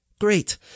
Great